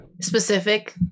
specific